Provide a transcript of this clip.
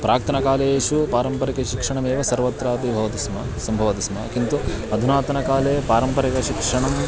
प्राक्तनकालेषु पारम्परिकशिक्षणमेव सर्वत्रापि भवति स्म सम्भवति स्म किन्तु अधुनातनकाले पारम्परिकशिक्षणं